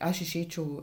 aš išeičiau